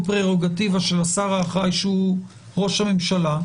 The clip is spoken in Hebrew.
פררוגטיבה של השר האחראי שהוא ראש הממשלה,